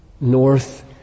north